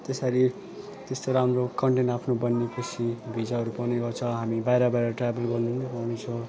त्यसरी त्यस्तो राम्रो कन्टेन्ट आफ्नो बनिएपछि भिजाहरू पाउने गर्छ हामी बाहिर बाहिर ट्राभल गर्नु पनि पाउँछ